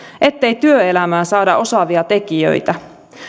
ettei työelämään saada osaavia tekijöitä